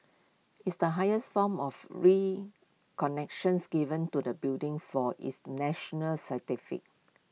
it's the highest form of connections given to the building for its national